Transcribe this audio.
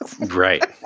Right